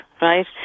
right